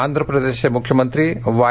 आंध्रप्रदेशचे मुख्यमंत्री वाय